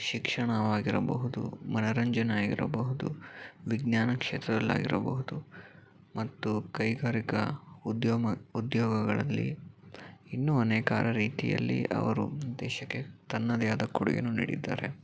ಶಿಕ್ಷಣ ಆಗಿರಬಹುದು ಮನೋರಂಜನೆ ಆಗಿರಬಹುದು ವಿಜ್ಞಾನ ಕ್ಷೇತ್ರದಲ್ಲಾಗಿರಬಹುದು ಮತ್ತು ಕೈಗಾರಿಕಾ ಉದ್ಯಮ ಉದ್ಯೋಗಗಳಲ್ಲಿ ಇನ್ನೂ ಅನೇಕಾರು ರೀತಿಯಲ್ಲಿ ಅವರು ದೇಶಕ್ಕೆ ತನ್ನದೇ ಆದ ಕೊಡುಗೆಯನ್ನು ನೀಡಿದ್ದಾರೆ